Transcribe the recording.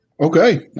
Okay